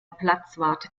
platzwart